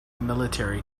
military